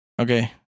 Okay